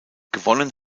gewonnen